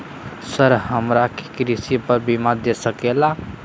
Sir हमरा के कृषि पर बीमा दे सके ला?